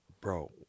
bro